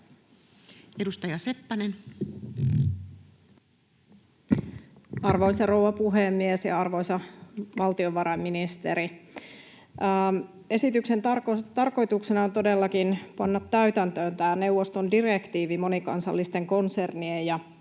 Edustaja Seppänen. Arvoisa rouva puhemies ja arvoisa valtiovarainministeri! Esityksen tarkoituksena on todellakin panna täytäntöön tämä neuvoston direktiivi monikansallisten konsernien ja